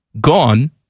gone